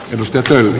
pyrstötön